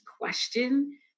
question